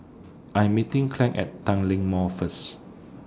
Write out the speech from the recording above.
I Am meeting Claud At Tanglin Mall First